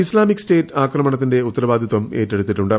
Islamic State ആക്രമണത്തിന്റെ ഉത്തരവാദിത്വം ഏറ്റെടുത്തിട്ടുണ്ട്